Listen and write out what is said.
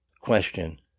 Question